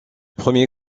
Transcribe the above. premier